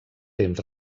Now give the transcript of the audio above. temps